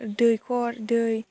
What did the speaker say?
दैख'र दै